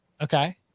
Okay